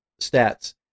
stats